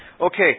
Okay